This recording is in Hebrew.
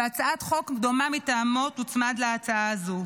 והצעת חוק דומה מטעמו תוצמד להצעה הזו.